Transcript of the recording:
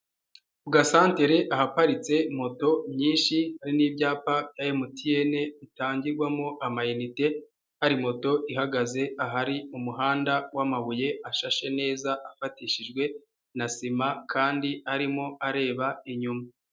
Ku gasantere ahaparitse moto nyinshi, hari n'ibyapa MTN, bitangirwamo amanite, hari moto ihagaze ahari umuhanda w'amabuye ashashe neza, afatishijwe na sima kandi arimo areba inyuma.